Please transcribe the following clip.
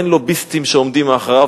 אין לוביסטים שעומדים מאחוריו,